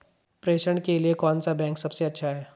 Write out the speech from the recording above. प्रेषण के लिए कौन सा बैंक सबसे अच्छा है?